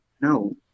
no